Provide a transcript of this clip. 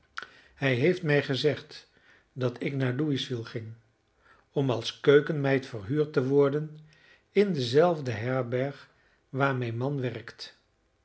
hij heeft mij gezegd dat ik naar louisville ging om als keukenmeid verhuurd te worden in dezelfde herberg waar mijn man werkt